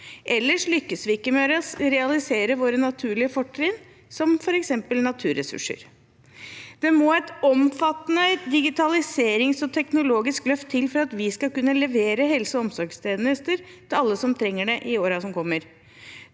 Ellers lykkes vi ikke med å realisere våre naturlige fortrinn, som f.eks. naturressurser. Det må et omfattende digitaliserings- og teknologisk løft til for at vi skal kunne levere helse- og omsorgstjenester til alle som trenger det i årene som kommer.